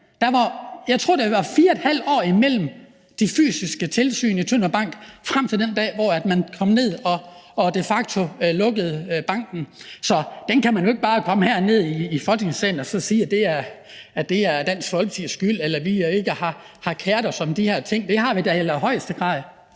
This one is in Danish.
der var 4½ år imellem de fysiske tilsyn i Tønder Bank frem til den dag, hvor man kom ned og de facto lukkede banken. Så der kan man jo ikke bare komme herned i Folketingssalen og sige, at det er Dansk Folkepartis skyld, eller at vi ikke har keret os om de her ting. Det har vi da i allerhøjeste grad.